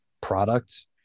product